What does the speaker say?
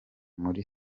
muri